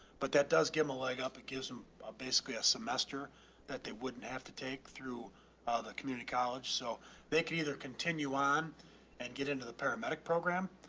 but that does give him a leg up. it gives him a, basically a semester that they wouldn't have to take through ah the community college. so they can either continue on and get into the paramedic program,